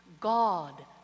God